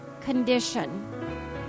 condition